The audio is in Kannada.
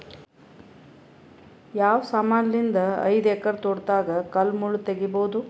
ಯಾವ ಸಮಾನಲಿದ್ದ ಐದು ಎಕರ ತೋಟದಾಗ ಕಲ್ ಮುಳ್ ತಗಿಬೊದ?